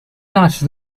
那时